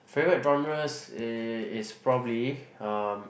favourite genres it is probably um